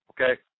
Okay